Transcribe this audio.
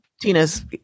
Tina's